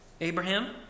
Abraham